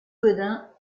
gaudin